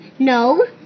No